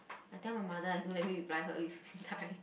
I tell my mother I don't ever reply her I will die